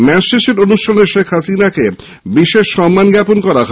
match শেষের অনুষ্ঠানে শেখ হাসিনাকে বিশেষ সম্মান জানানো হয়